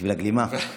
בשביל הגלימה.